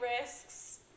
risks